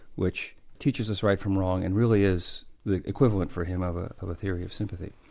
which teaches us right from wrong and really is the equivalent for him of ah of a theory of sympathy.